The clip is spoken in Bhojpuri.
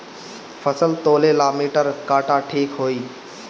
फसल तौले ला मिटर काटा ठिक होही?